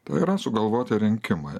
tai yra sugalvoti rinkimai